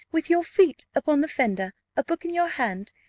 with your feet upon the fender, a book in your hand,